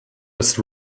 das